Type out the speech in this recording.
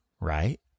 right